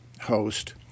host